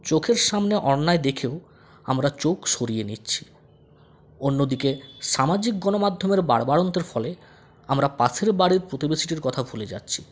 চোখের সামনে অন্যায় দেখেও আমরা চোখ সরিয়ে নিচ্ছি অন্যদিকে সামাজিক গণমাধ্যমের বাড়বাড়ন্তের ফলে আমরা পাশের বাড়ির প্রতিবেশীদের কথা ভুলে যাচ্ছি